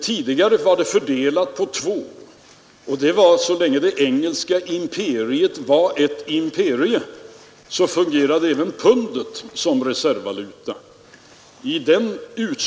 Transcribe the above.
Tidigare var det fördelat på två; så länge det engelska imperiet var ett imperium fungerade även pundet som reservvaluta.